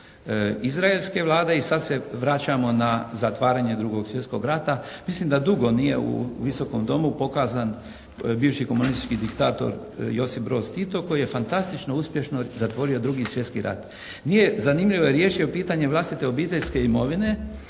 izraelske Vlade i sad se vraćamo na zatvaranje II. svjetskog rata. Mislim da dugo nije u Visokom domu pokazan bivši komunistički diktator Josip Broz Tito koji je fantastično uspješno zatvorio II. svjetski rat. Nije, zanimljivo je riješio pitanje vlastite obiteljske imovine